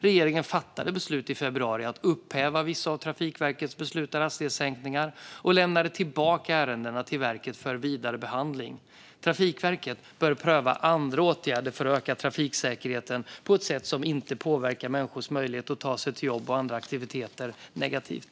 Regeringen fattade beslut i februari om att upphäva vissa av Trafikverkets beslutade hastighetssänkningar och lämnade tillbaka ärendena till verket för vidare behandling. Trafikverket bör pröva andra åtgärder för att öka trafiksäkerheten på ett sätt som inte påverkar människors möjlighet att ta sig till jobb och andra aktiviteter negativt.